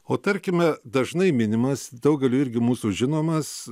o tarkime dažnai minimas daugeliui irgi mūsų žinomas